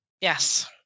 Yes